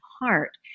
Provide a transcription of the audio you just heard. heart